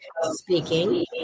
speaking